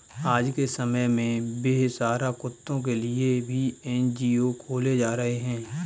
आज के समय में बेसहारा कुत्तों के लिए भी एन.जी.ओ खोले जा रहे हैं